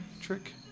trick